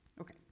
Okay